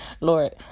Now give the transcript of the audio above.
lord